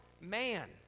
man